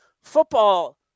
football